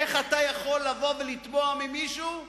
איך אתה יכול לבוא ולתבוע ממישהו כשאתה,